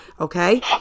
Okay